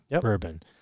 bourbon